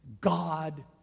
God